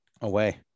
away